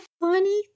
funny